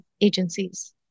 agencies